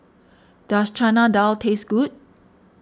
does Chana Dal taste good